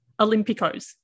Olympicos